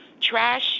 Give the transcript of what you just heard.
trash